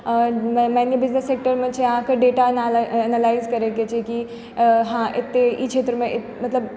मानि लिअ बिजनेस सेक्टरमे छै अहाँके डेटा एनालाइज करै के छै कि हँ एते ई क्षेत्रमे एते